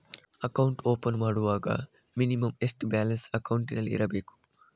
Account open ಮಾಡುವಾಗ minimum ಎಷ್ಟು balance ಅಕೌಂಟಿನಲ್ಲಿ ಇರಬೇಕು?